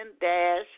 Dash